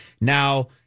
Now